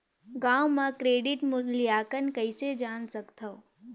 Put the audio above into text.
गांव म क्रेडिट मूल्यांकन कइसे जान सकथव?